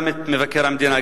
גם את מבקר המדינה,